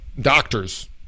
doctors